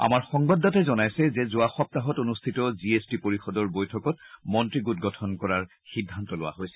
আমাৰ সংবাদদাতাই জনাইছে যে যোৱা সপ্তাহত অনুষ্ঠিত জি এছ টি পৰিষদৰ বৈঠকত মন্ত্ৰী গোট গঠন কৰাৰ সিদ্ধান্ত লোৱা হৈছিল